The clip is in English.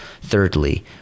Thirdly